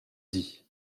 dit